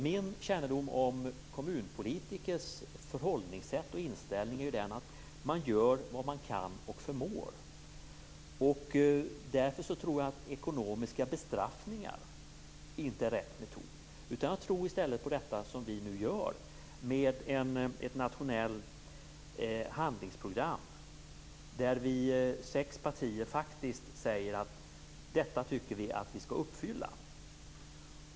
Min kännedom om kommunpolitikers förhållningssätt och inställning är att man gör vad man kan och förmår. Därför tror jag att ekonomiska bestraffningar inte är rätt metod. Jag tror i stället på det som vi nu gör, dvs. ett nationellt handlingsprogram. Där säger vi sex partier faktiskt vad det är vi tycker att vi skall uppfylla.